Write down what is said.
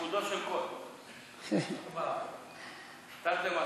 מרגי, על חודו של קול, תרתי משמע.